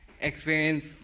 experience